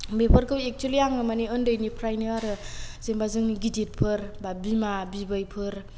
बेफोरखौ एक्सुलि आङो माने ओन्दैनिफ्रायनो आरो जेनोबा जोंनि गिदिदफोर बा बिमा बिबैफोर